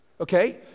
Okay